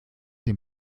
dem